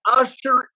usher